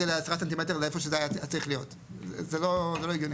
ב-10 סנטימטרים לאיפה שזה צריך להיות.״ זה לא הגיוני.